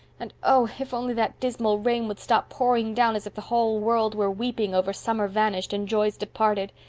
and oh, if only that dismal rain would stop pouring down as if the whole world were weeping over summer vanished and joys departed!